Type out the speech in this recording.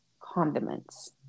condiments